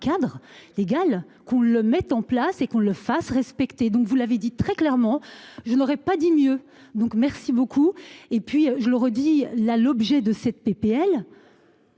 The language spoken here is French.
cadre légal qu'on le mette en place et qu'on le fasse respecter, donc vous l'avez dit très clairement, je ne l'aurais pas dit mieux. Donc merci beaucoup et puis je le redis la l'objet de cette PPL.